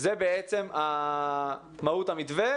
זה בעצם מהות המתווה,